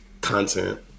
content